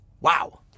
wow